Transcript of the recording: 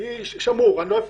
היא "שמור", אני לא אפרט.